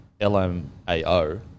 LMAO